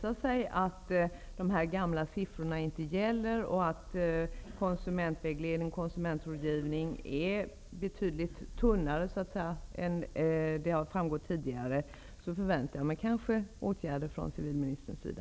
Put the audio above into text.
sådant sätt att jag, om det skulle visa sig att dessa gamla siffror inte gäller och att konsumentvägledningen och konsumentrådgivningen är betydligt tunnare än vad som har framgått tidigare, kan förvänta mig åtgärder från civilministerns sida.